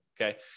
okay